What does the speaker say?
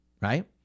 right